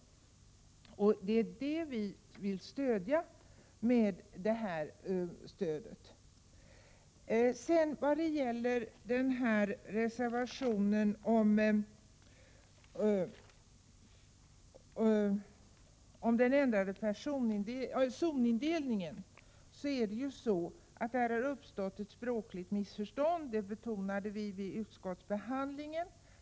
Det är det vi vill uppmuntra med detta stöd. När det gäller reservationen om ändrad zonindelning har det uppstått ett språkligt missförstånd. Det betonade vi vid utskottsbehandlingen.